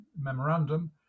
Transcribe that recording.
memorandum